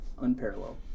unparalleled